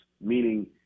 meaning